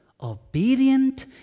obedient